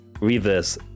Reverse